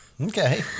Okay